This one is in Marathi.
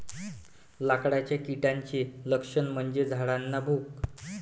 लाकडाच्या किड्याचे लक्षण म्हणजे झाडांना भोक